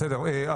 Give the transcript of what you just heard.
בסדר.